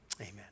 Amen